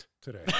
today